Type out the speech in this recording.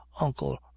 uncle